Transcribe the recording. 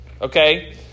okay